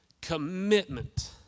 commitment